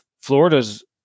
Florida's